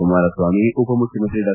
ಕುಮಾರಸ್ವಾಮಿ ಉಪಮುಖ್ಯಮಂತ್ರಿ ಡಾ